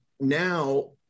Now